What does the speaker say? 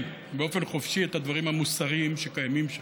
באופן חופשי את הדברים המוסריים שקיימים שם.